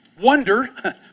wonder